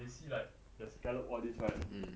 they see like the scallop all these right